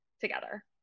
together